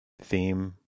theme